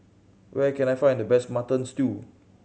where can I find the best Mutton Stew